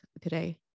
today